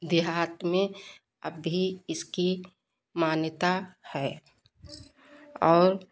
देहात में अब भी इसकी मान्यता है और